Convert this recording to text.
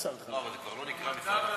אבל הוא כבר לא נקרא שר החלל.